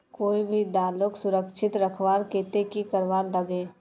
कोई भी दालोक सुरक्षित रखवार केते की करवार लगे?